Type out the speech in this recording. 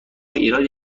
ایراد